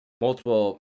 multiple